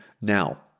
now